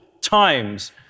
times